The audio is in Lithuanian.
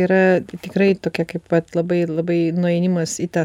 yra tikrai tokia kaip vat labai labai nuėjimas į tą